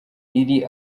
iri